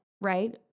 Right